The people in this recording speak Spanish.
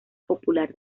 popular